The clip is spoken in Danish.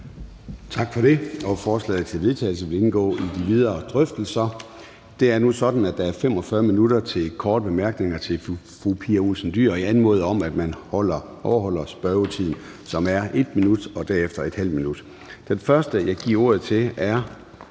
Tak for det. Forslaget til vedtagelse vil indgå i de videre drøftelser. Det er nu sådan, at der er 45 minutter til korte bemærkninger til fru Pia Olsen Dyhr. Jeg anmoder om, at man overholder taletiden, som er 1 minut og derefter ½ minut. Den første, jeg giver ordet til, er